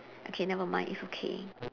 okay never mind it's okay